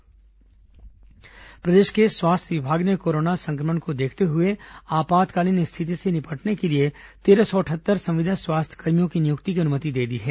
संविदा स्वास्थ्यकर्मी प्रदेश के स्वास्थ्य विभाग ने कोरोनो संक्रमण को देखते हुए आपातकालीन स्थिति से निपटने के लिए तेरह सौ अटहत्तर संविदा स्वास्थ्यकर्मियों की नियुक्ति की अनुमति दे दी है